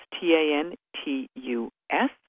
T-A-N-T-U-S